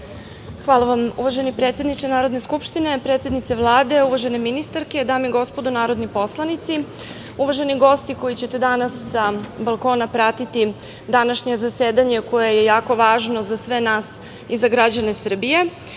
Zahvaljujem, uvaženi predsedniče Narodne skupštine. Predsednice Vlade, uvažene ministarke, dame i gospodo narodni poslanici, uvaženi gosti koji ćete danas sa balkona pratiti današnje zasedanje koje je jako važno za sve nas i za građane Srbije,